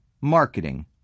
marketing